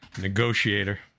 Negotiator